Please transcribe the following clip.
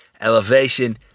elevation